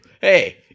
Hey